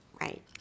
right